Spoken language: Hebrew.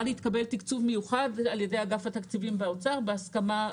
אבל התקבל תקצוב מיוחד ע"י אגף התקציבים באוצר בהסכמה.